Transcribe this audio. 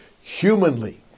humanly